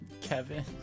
Kevin